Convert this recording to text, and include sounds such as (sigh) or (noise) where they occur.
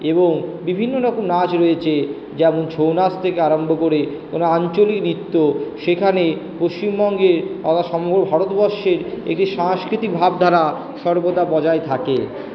এবং বিভিন্ন রকম নাচ রয়েছে যেমন ছৌ নাচ থেকে আরম্ভ করে কোনো আঞ্চলিক নৃত্য সেখানে পশ্চিমবঙ্গের (unintelligible) ভারতবর্ষের এটি সাংস্কৃতিক ভাবধারা সর্বদা বজায় থাকে